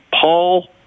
Paul